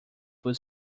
full